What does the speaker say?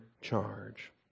charge